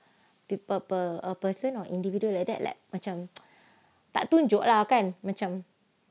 per per per person or individual like that like macam tak tunjuk lah kan macam